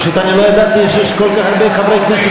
פשוט אני לא ידעתי שיש כל כך הרבה חברי כנסת